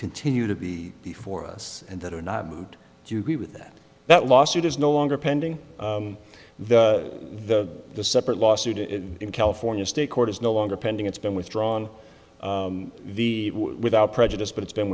continue to be before us and that are not and do you agree with that that lawsuit is no longer pending the the the separate lawsuit in california state court is no longer pending it's been withdrawn the without prejudice but it's been